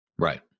Right